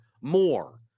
more